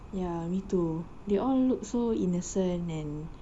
ya me too they all look so innocent and